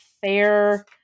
fair